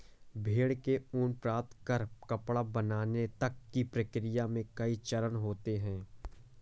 भेड़ से ऊन प्राप्त कर कपड़ा बनाने तक की प्रक्रिया में कई चरण होते हैं